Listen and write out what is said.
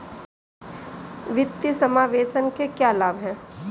वित्तीय समावेशन के क्या लाभ हैं?